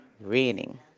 raining